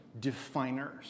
definers